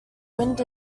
wind